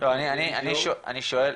אני שואל